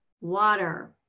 water